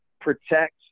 protect